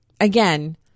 again